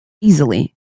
easily